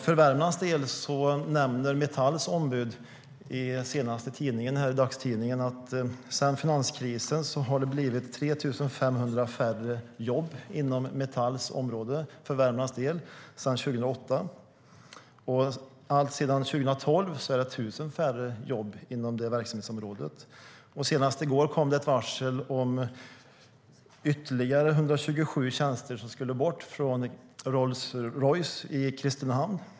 Metalls ombud nämner i den senaste dagstidningen att det sedan finanskrisen 2008 har blivit 3 500 färre jobb inom Metalls område för Värmlands del. Och alltsedan 2012 är det 1 000 färre jobb inom det verksamhetsområdet. Senast i går kom det också ett varsel om ytterligare 127 tjänster som ska bort från Rolls Royce i Kristinehamn.